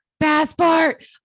passport